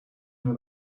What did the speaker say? know